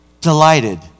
Delighted